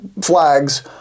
flags